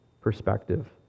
perspective